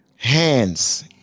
Hands